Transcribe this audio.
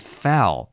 fell